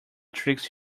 tricks